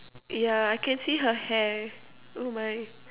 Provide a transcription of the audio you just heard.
ya I can see her hair oh my